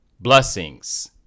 Blessings